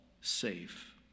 safe